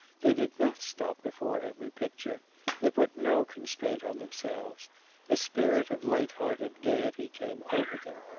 they did not stop before every picture they put no constraint on themselves a spirit of light-hearted gaiety came over them.